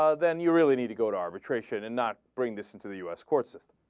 ah then you really need to go to arbitration and not bring this into the u s courses